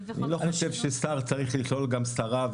אני לא חושב ששר צריך לכלול גם שרה,